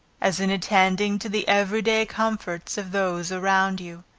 as in attending to the every day comforts of those around you.